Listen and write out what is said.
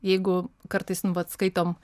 jeigu kartais nu vat skaitom